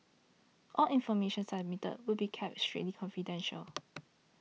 all information submitted will be kept strictly confidential